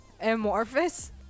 amorphous